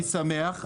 אני שמח.